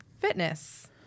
Fitness